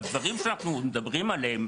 הדברים שאנחנו מדברים עליהם,